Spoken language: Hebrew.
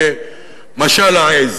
כמשל העז,